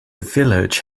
village